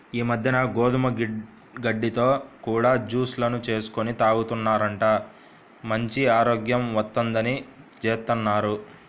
ఈ మద్దెన గోధుమ గడ్డితో కూడా జూస్ లను చేసుకొని తాగుతున్నారంట, మంచి ఆరోగ్యం వత్తందని అలా జేత్తన్నారు